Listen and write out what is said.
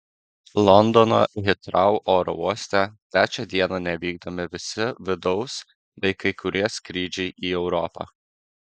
londono hitrou oro uoste trečią dieną nevykdomi visi vidaus bei kai kurie skrydžiai į europą